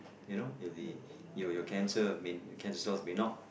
you know you cancer cancer cells may not